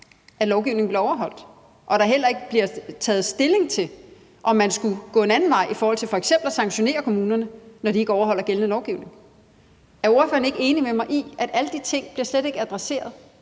at lovgivningen bliver overholdt, og at der heller ikke bliver taget stilling til, om man skulle gå en anden vej i forhold til f.eks. at sanktionere kommunerne, når de ikke overholder gældende lovgivning? Er ordføreren ikke enig med mig i, at alle de ting slet ikke bliver adresseret?